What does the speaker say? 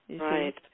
Right